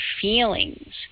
feelings